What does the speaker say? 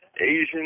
Asian